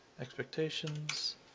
expectations